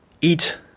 eat